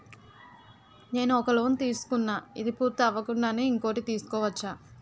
నేను ఒక లోన్ తీసుకున్న, ఇది పూర్తి అవ్వకుండానే ఇంకోటి తీసుకోవచ్చా?